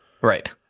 right